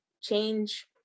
change